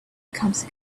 becomes